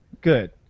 good